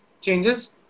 changes